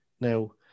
Now